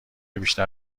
بیشتر